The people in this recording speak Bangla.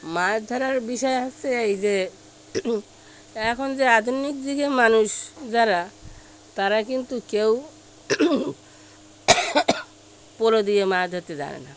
মাছ ধরার বিষয় হচ্ছে এই যে এখন যে আধুনিক যুগের মানুষ যারা তারা কিন্তু কেউ পলো দিয়ে মাছ ধরতে জানে না